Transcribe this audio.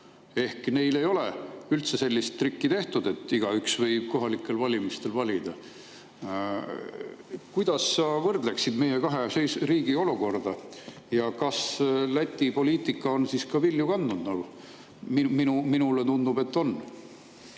Neil ei ole üldse sellist trikki tehtud, et igaüks võib kohalikel valimistel valida. Kuidas sa võrdleksid meie kahe riigi olukorda? Kas Läti poliitika on vilju kandnud? Minule tundub, et on.